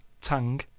tang